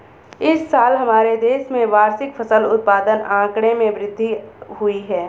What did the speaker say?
इस साल हमारे देश में वार्षिक फसल उत्पादन आंकड़े में वृद्धि हुई है